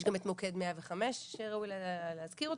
יש גם את מוקד 105 שראוי להזכיר אותו,